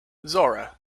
zora